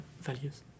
values